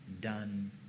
done